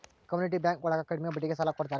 community bank ಒಳಗ ಕಡ್ಮೆ ಬಡ್ಡಿಗೆ ಸಾಲ ಕೊಡ್ತಾರೆ